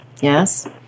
yes